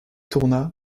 tourna